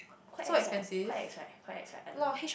quite ex right quite ex right quite ex right I don't know